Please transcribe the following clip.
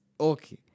Okay